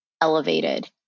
elevated